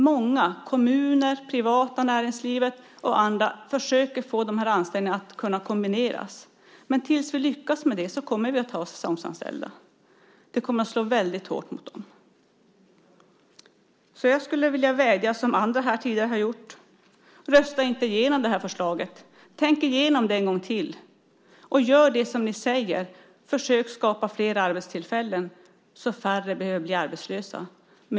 Många kommuner, privata näringsidkare och andra försöker göra det möjligt att kombinera dessa anställningar, men tills vi lyckas med det kommer vi att ha säsongsanställda. Detta kommer att slå väldigt hårt mot dem. Jag skulle vilja vädja, såsom andra här tidigare har gjort: Rösta inte igenom det här förslaget! Tänk igenom det en gång till, och gör det som ni säger: Försök skapa flera arbetstillfällen så att färre behöver bli arbetslösa!